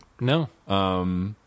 No